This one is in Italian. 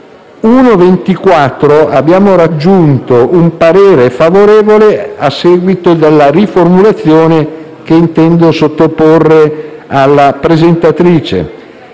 1.24 abbiamo raggiunto un parere favorevole, a seguito della riformulazione che intendo sottoporre ai presentatori: